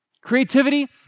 Creativity